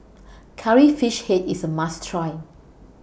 Curry Fish Head IS A must Try